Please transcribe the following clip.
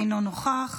אינו נוכח,